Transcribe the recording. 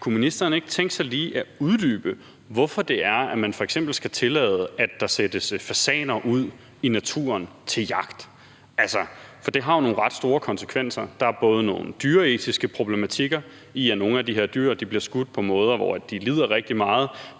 Kunne ministeren ikke tænke sig lige at uddybe, hvorfor det er, at man f.eks. skal tillade, at der sættes fasaner ud i naturen til jagt, for det har jo nogle ret store konsekvenser. Der er både nogle dyreetiske problematikker ved, at nogle af de her dyr bliver skudt på måder, hvor de lider rigtig meget;